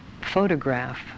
photograph